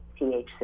THC